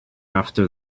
after